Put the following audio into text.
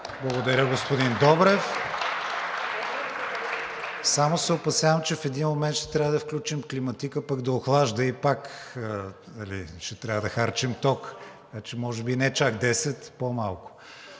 Благодаря, господин Добрев. Само се опасявам, че в един момент ще трябва да включим климатика пък да охлажда и пак ще трябва да харчим ток. Значи може би не чак 10 – по-малко,